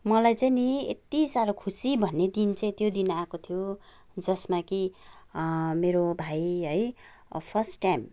मलाई चाहिँ नि यति साह्रो खुसी भन्ने दिन चाहिँ त्यो दिन आएको थियो जसमा कि मेरो भाइ है फर्स्ट टाइम